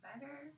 better